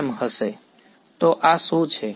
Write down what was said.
તો આ શું છે